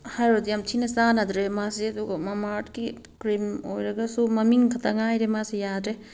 ꯍꯥꯏꯔꯨꯔꯗꯤ ꯌꯥꯝ ꯊꯤꯅ ꯆꯥꯟꯅꯗ꯭ꯔꯦ ꯃꯥꯁꯦ ꯑꯗꯨꯒ ꯃꯃꯥ ꯑꯥꯔꯠꯀꯤ ꯀ꯭ꯔꯤꯝ ꯑꯣꯏꯔꯒꯁꯨ ꯃꯃꯤꯡ ꯈꯛꯇ ꯉꯥꯏꯔꯦ ꯃꯥꯁꯦ ꯌꯥꯗ꯭ꯔꯦ